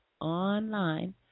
online